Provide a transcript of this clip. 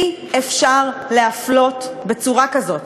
אי-אפשר להפלות בצורה כזאת,